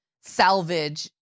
salvage